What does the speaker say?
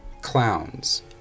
clowns